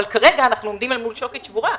אבל כרגע אנחנו עומדים אל מול שוקת שבורה.